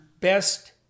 best